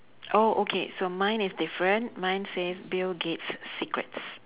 oh okay so mine is different mine says bill-gates' secrets